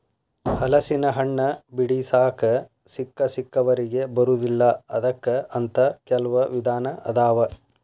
ಹಲಸಿನಹಣ್ಣ ಬಿಡಿಸಾಕ ಸಿಕ್ಕಸಿಕ್ಕವರಿಗೆ ಬರುದಿಲ್ಲಾ ಅದಕ್ಕ ಅಂತ ಕೆಲ್ವ ವಿಧಾನ ಅದಾವ